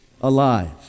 alive